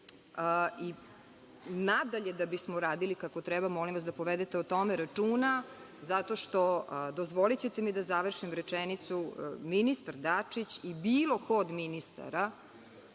Nadalje da bismo radili kako treba, molim vas da povedete o tome računa, zato što, dozvolićete mi da završim rečenicu, ministar Dačić i bilo ko od ministara